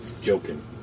Joking